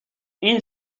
این